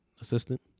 assistant